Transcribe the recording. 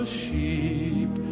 sheep